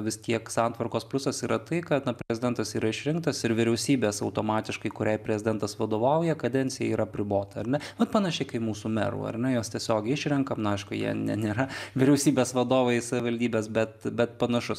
vis tiek santvarkos pliusas yra tai kad prezidentas yra išrinktas ir vyriausybės automatiškai kuriai prezidentas vadovauja kadencija yra apribota ar ne vat panašiai kaip mūsų merų ar ne jos tiesiogiai išrenkam nu aišku jie ne nėra vyriausybės vadovai savivaldybės bet bet panašus